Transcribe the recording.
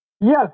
Yes